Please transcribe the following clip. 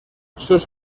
sus